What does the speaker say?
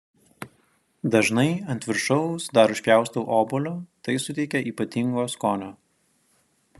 dažnai ant viršaus dar užpjaustau obuolio tai suteikia ypatingo skonio